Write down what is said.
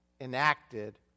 enacted